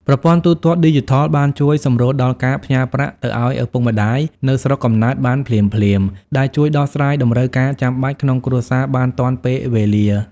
ប្រព័ន្ធទូទាត់ឌីជីថលបានជួយសម្រួលដល់ការផ្ញើប្រាក់ទៅឱ្យឪពុកម្ដាយនៅស្រុកកំណើតបានភ្លាមៗ ដែលជួយដោះស្រាយតម្រូវការចាំបាច់ក្នុងគ្រួសារបានទាន់ពេលវេលា។